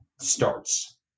starts